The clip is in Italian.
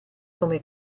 come